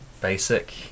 basic